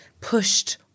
pushed